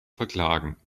verklagen